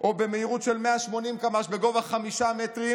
או במהירות של 180 קמ"ש בגובה חמישה מטרים,